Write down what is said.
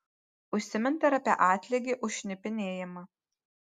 užsiminta ir apie atlygį už šnipinėjimą